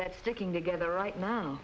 that sticking together right now